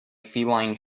feline